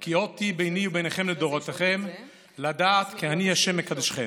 כי אות הוא ביני וביניכם לדרתיכם לדעת כי אני יהוה מקדשכם".